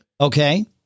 Okay